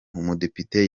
umudepite